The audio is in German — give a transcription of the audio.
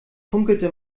funkelte